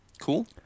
Cool